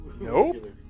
Nope